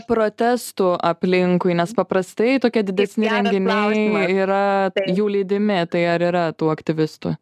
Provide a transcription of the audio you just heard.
protestų aplinkui nes paprastai tokie didesni renginiai yra jų lydimi tai ar yra tų aktyvistų